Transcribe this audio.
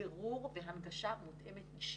בירור והנגשה מותאמת אישית.